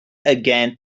again